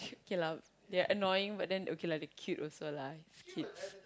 okay lah they are annoying but then okay lah they cute also lah cute